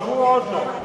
הם עברו או עוד לא?